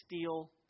steel